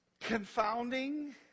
confounding